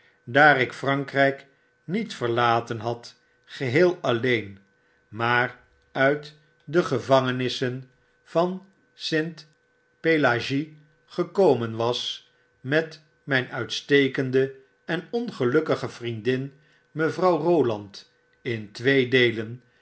daar ik frankrijk niet verlaten had geheel alleen maar uit de gevangenissen van st pelagie gekomen was met mijn uitstekende en ongelukkige vriendin mevrouw roland in twee deelen